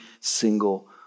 single